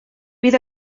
bydd